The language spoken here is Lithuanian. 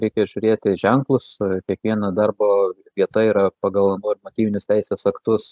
reikia žiūrėti ženklus kiekvieno darbo vieta yra pagal normatyvinius teisės aktus